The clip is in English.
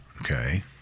okay